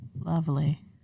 Lovely